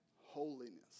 holiness